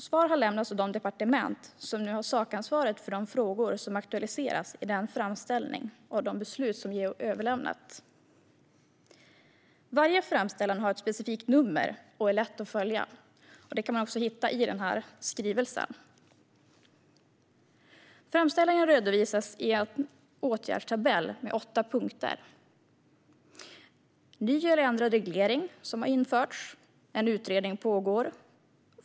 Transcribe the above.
Svar har lämnats av de departement som nu har sakansvaret för de frågor som aktualiseras i den framställning och de beslut som JO överlämnat. Varje framställning har ett specifikt nummer och är lätt att följa. Detta kan man hitta i skrivelsen. Framställningarna redovisas i en åtgärdstabell med åtta punkter: Ny eller ändrad reglering har införts. Utredning pågår.